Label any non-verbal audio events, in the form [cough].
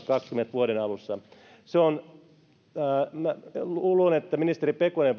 vuoden kaksituhattakaksikymmentä alussa minä luulen että ministeri pekonen [unintelligible]